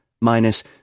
minus